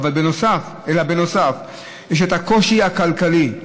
אלא בנוסף יש את הקושי הכלכלי.